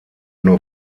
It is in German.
nur